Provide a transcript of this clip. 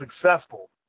successful